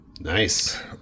Nice